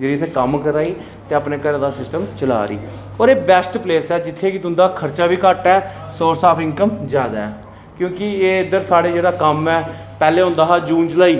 जेह्ड़ी इत्थै कम्म करा दी होर कम्म चला दी होर इक बैस्ट प्लेस ऐ जित्थें कि तुं'दा खर्चा बी घट्ट ऐ सोर्स आफ इनकम जादा ऐ क्योंकि एह् इद्धर साढ़ा जेह्ड़ा कम्म ऐ पैह्लें होंदा हा जून जुलाई